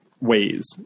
ways